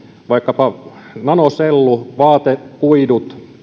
vaikkapa nanosellu vaatekuidut